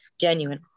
genuine